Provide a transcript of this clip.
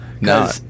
No